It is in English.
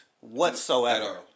whatsoever